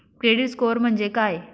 Credit score म्हणजे काय?